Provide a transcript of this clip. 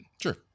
Sure